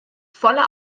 volle